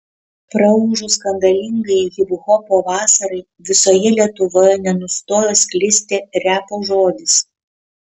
praūžus skandalingai hiphopo vasarai visoje lietuvoje nenustojo sklisti repo žodis